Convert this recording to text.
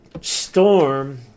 storm